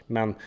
Men